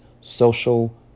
social